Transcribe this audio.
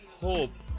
hope